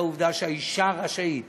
שהאישה רשאית